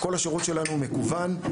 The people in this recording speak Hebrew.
כל השירות שלנו הוא מקוון,